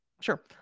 sure